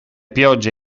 piogge